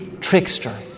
trickster